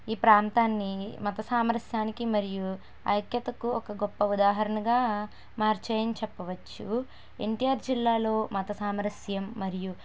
ఈ ప్రాంతాన్ని మత సామరస్యానికి మరియు ఐక్యతకు ఒక గొప్ప ఉదాహరణగా మార్చయి అని చెప్పవచ్చు ఎన్టీఆర్ జిల్లాలో మత సామరస్యం మరియు